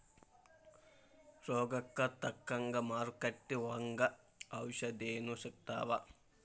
ರೋಗಕ್ಕ ತಕ್ಕಂಗ ಮಾರುಕಟ್ಟಿ ಒಂಗ ಔಷದೇನು ಸಿಗ್ತಾವ